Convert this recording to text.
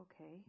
okay